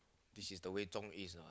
this is the way Zhong is eh